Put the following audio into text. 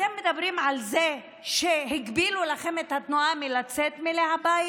אתם מדברים על זה שהגבילו לכם את התנועה מלצאת מהבית?